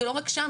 ולא רק שם,